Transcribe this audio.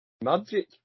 magic